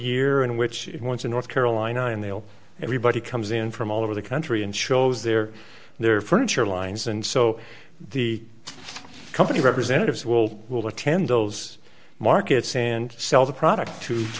year and which ones in north carolina and they'll everybody comes in from all over the country and shows there their furniture lines and so the company representatives will will attend those markets and sell the product t